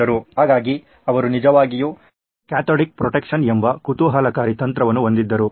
ಹಾಗಾಗಿ ಅವರು ನಿಜವಾಗಿಯೂ ಕ್ಯಾಥೋಡಿಕ್ ಪ್ರೊಟೆಕ್ಷನ್ ಎಂಬ ಕುತೂಹಲಕಾರಿ ತಂತ್ರವನ್ನು ಹೊಂದಿದ್ದರು